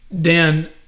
Dan